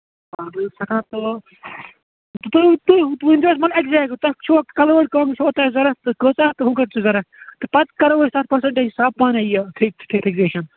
کانٛگرِ سٮ۪ٹھاہ تہٕ تُہۍ ؤنۍ زیٚو مَگر اٮ۪کزیکٹ تۄہہِ چھُوا کَلٲرڈ کانٛگرِ چھُوا تۄہہِ ضروٗرت تہٕ کٲژَاہ تہٕ یِم کٔژ چھِ ضروٗرت تہٕ پَتہٕ کرو أسۍ تَتھ پٔرسینٹیج حِساب پانٕے یہِ فِک فِکزیشن